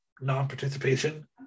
non-participation